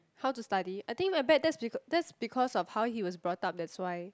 how to study I think I bet that's that's because of how he was brought up that's why